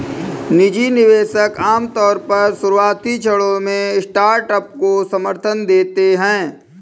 निजी निवेशक आमतौर पर शुरुआती क्षणों में स्टार्टअप को समर्थन देते हैं